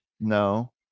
No